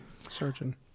surgeon